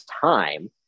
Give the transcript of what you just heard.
time